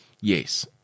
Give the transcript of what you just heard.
Yes